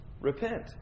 repent